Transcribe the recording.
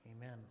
Amen